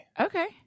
Okay